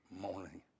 morning